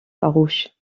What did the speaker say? farouches